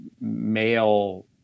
male